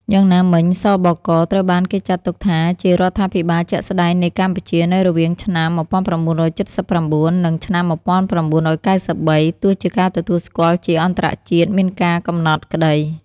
យ៉ាងណាមិញ ស.ប.ក. ត្រូវបានគេចាត់ទុកថាជារដ្ឋាភិបាលជាក់ស្ដែងនៃកម្ពុជានៅរវាងឆ្នាំ១៩៧៩ និងឆ្នាំ១៩៩៣ ទោះជាការទទួលស្គាល់ជាអន្តរជាតិមានការកំណត់ក្តី ។